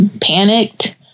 panicked